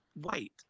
white